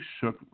shook